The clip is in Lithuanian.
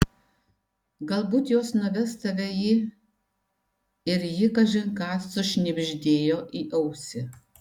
galbūt jos nuves tave į ir ji kažin ką sušnibždėjo į ausį